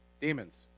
Demons